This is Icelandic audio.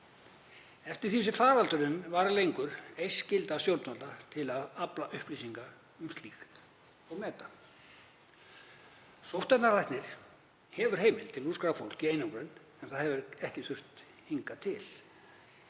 Eftir því sem faraldurinn varir lengur eykst skylda stjórnvalda til að afla upplýsinga um slíkt og meta. Sóttvarnalæknir hefur heimild til að úrskurða fólk í einangrun en það hefur ekki þurft hingað til.